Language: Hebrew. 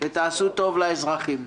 ותעשו טוב לאזרחים.